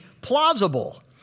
plausible